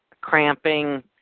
cramping